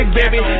baby